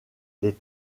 les